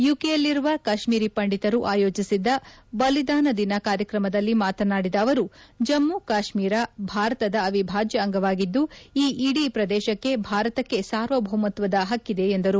ಯುಕೆಯಲ್ಲಿರುವ ಕಾಶ್ಮೀರಿ ಪಂಡಿತರು ಆಯೋಜಿಸಿದ್ದ ಬಲಿದಾನ ದಿನ ಕಾರ್ಯಕ್ರಮದಲ್ಲಿ ಮಾತನಾಡಿದ ಅವರು ಜಮ್ಮ ಕಾಶ್ಮೀರ ಭಾರತದ ಅವಿಭಾಜ್ಯ ಅಂಗವಾಗಿದ್ದು ಈ ಇಡೀ ಪ್ರದೇಶದಲ್ಲಿ ಭಾರತಕ್ಕೆ ಸಾರ್ವಭೌಮತ್ವದ ಪಕ್ಕಿದೆ ಎಂದರು